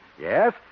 Yes